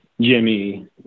Jimmy